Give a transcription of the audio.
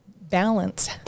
balance